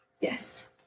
Yes